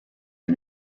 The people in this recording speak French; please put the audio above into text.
est